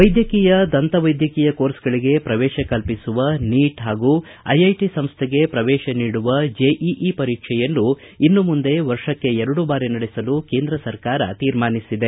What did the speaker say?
ವೈದ್ಯಕೀಯ ದಂತ ವೈದ್ಯಕೀಯ ಕೋರ್ಸ್ಗಳಗೆ ಪ್ರವೇಶ ಕಲ್ಪಿಸುವ ನೀಟ್ ಹಾಗೂ ಐಐಟಿ ಸಂಸ್ಥೆಗೆ ಪ್ರವೇಶ ನೀಡುವ ಚೆಇಇ ಪರೀಕ್ಷೆಯನ್ನು ಇನ್ನು ಮುಂದೆ ವರ್ಷಕ್ಕೆ ಎರಡು ಬಾರಿ ನಡೆಸಲು ಕೇಂದ್ರ ಸರ್ಕಾರ ತೀರ್ಮಾನಿಸಿದೆ